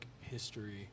history